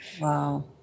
Wow